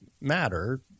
matter